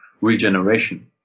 regeneration